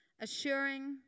assuring